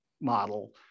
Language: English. model